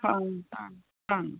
ਹਾਂ ਹਾਂ ਹਾਂ